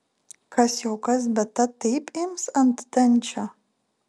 kas jau kas bet ta taip ims ant dančio